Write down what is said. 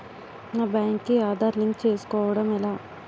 నా బ్యాంక్ కి ఆధార్ లింక్ చేసుకోవడం ఎలా?